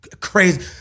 crazy